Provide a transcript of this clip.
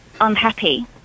unhappy